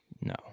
No